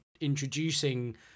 introducing